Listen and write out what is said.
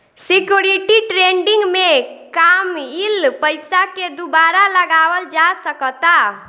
security trading में कामयिल पइसा के दुबारा लगावल जा सकऽता